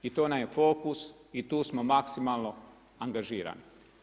I to nam je fokus i tu smo maksimalno angažirani.